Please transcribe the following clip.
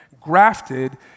grafted